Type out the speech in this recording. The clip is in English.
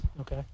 Okay